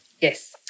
Yes